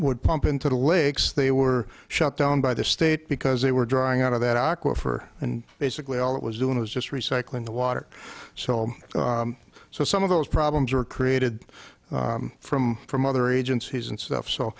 would pump into the lakes they were shut down by the state because they were drying out of that aqua for and basically all it was doing was just recycling the water so so some of those problems were created from from other agencies and stuff so